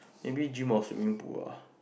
maybe gym or swimming pool ah